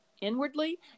inwardly